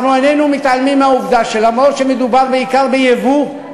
איננו מתעלמים מהעובדה שלמרות שמדובר בעיקר ביבוא,